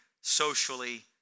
socially